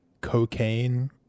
cocaine